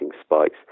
spikes